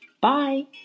Bye